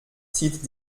zieht